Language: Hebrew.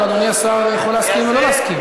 אבל אדוני השר יכול להסכים או לא להסכים.